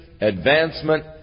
advancement